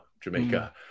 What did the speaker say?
Jamaica